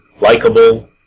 likable